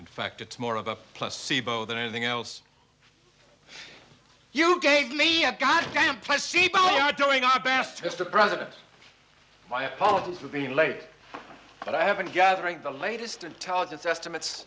in fact it's more of a placebo than anything else you gave me a goddamn placebo you are doing our best mr president my apologies for being late but i have been gathering the latest intelligence estimates